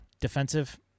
defensive